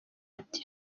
ati